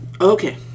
Okay